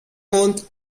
montt